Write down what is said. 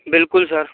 बिल्कुल सर